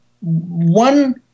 one